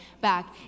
back